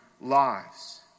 lives